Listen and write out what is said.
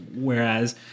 Whereas